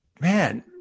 man